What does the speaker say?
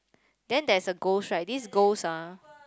then there's a ghost right this ghost ah